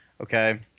okay